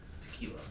tequila